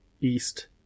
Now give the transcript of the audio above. east